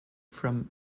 from